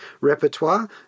repertoire